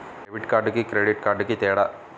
Debit కార్డుకి credit కార్డుకి తేడా?